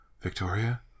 Victoria